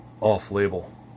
off-label